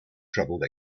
troubled